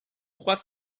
trois